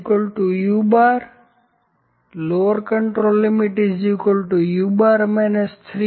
L u L